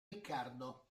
ricardo